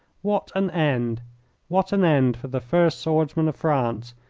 what an end what an end for the first swordsman of france!